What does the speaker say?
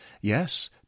Yes